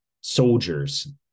soldiers